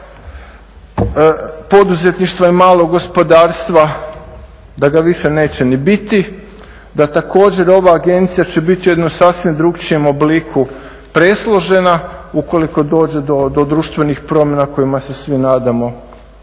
poduzetništva i malog gospodarstva, da ga više neće ni biti, da također ova agencija će biti u jednom sasvim drukčijem obliku presložena ukoliko dođe do društvenih promjena kojima se svi nadamo